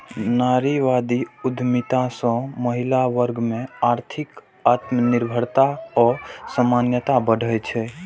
नारीवादी उद्यमिता सं महिला वर्ग मे आर्थिक आत्मनिर्भरता आ समानता बढ़ै छै